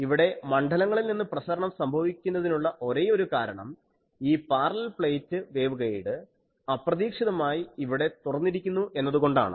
ഇവിടെ മണ്ഡലങ്ങളിൽനിന്ന് പ്രസരണം സംഭവിക്കുന്നതിനുള്ള ഒരേയൊരു കാരണം ഈ പാരലൽ പ്ലേറ്റ് വേവ്ഗൈഡ് അപ്രതീക്ഷിതമായി ഇവിടെ തുറന്നിരിക്കുന്നു എന്നതുകൊണ്ടാണ്